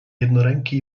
jednoręki